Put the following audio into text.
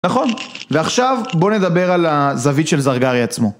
נכון, ועכשיו בוא נדבר על הזווית של זרגרי עצמו.